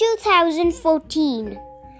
2014